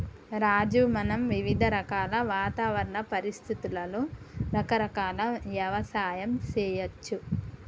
రాజు మనం వివిధ రకాల వాతావరణ పరిస్థితులలో రకరకాల యవసాయం సేయచ్చు